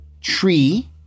tree